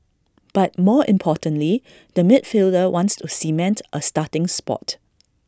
but more importantly the midfielder wants to cement A starting spot